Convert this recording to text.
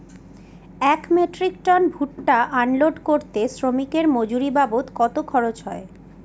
এক metric ton ভুট্টা unload করতে শ্রমিকের মজুরি বাবদ কত খরচ হয়?